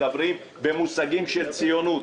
מדברים במושגים של ציונות.